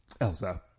Elsa